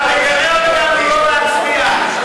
אתה רוצה שיצביעו על זה?